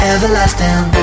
Everlasting